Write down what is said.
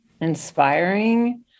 inspiring